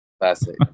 Classic